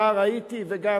נער הייתי וגם,